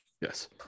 Yes